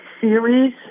series